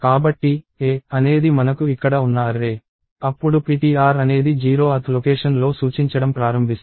కాబట్టి a అనేది మనకు ఇక్కడ ఉన్న అర్రే అప్పుడు ptr అనేది 0th లొకేషన్ లో సూచించడం ప్రారంభిస్తుంది